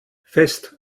fest